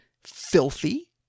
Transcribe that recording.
filthy